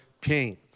pain